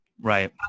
right